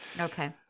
okay